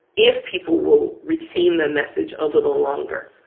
if people will retain their message a little longer,